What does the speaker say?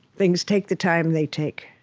things take the time they take.